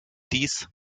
dies